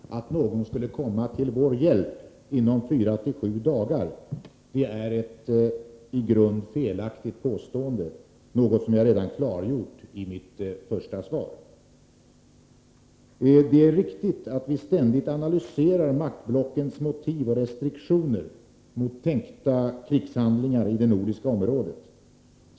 Fru talman! Påståendet att någon skulle komma till vår hjälp inom fyra-sju dagar är ett i grund felaktigt påstående, något som jag redan klargjort i mitt första svar. Det är riktigt att vi ständigt analyserar maktblockens motiv och restriktioner mot tänkta krigshandlingar i det nordiska området.